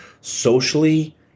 socially